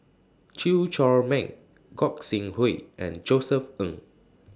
Chew Chor Meng Gog Sing Hooi and Josef Ng